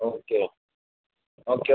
okay okay